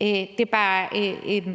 Det er bare